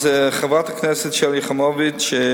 אז חברת הכנסת שלי יחימוביץ,